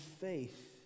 faith